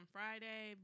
Friday